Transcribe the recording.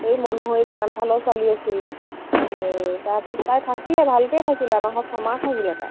এই মনোহৰি বাগান ফালে ছোৱালী আছিলে হে তাৰপাছত তাই থাকিলে ভালকে থাকিলে আমাৰ ঘৰত ছয়মাহ থাকিলে তাই